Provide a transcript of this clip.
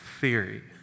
theory